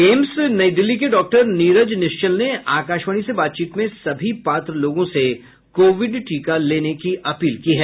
AIIMS New Delhi के doctor Neeraj Nishchal ने आकाशवाणी से बातचीत में सभी पात्र लोगों से कोविड टीका लेने की अपील की है